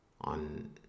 on